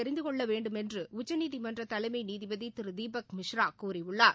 தெரிந்து கொள்ள வேண்டுமென்ற உச்சநீதிமன்ற தலைமை நீதிபதி திரு தீபக் மிஸ்ரா கூறியுள்ளார்